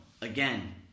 again